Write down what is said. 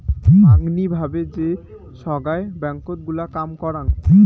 মাঙনি ভাবে যে সোগায় ব্যাঙ্কত গুলা কাম করাং